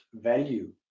value